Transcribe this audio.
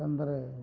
ಏಕೆಂದರೆ